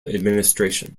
administration